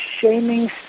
shaming